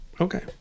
Okay